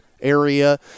area